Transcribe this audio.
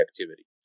activity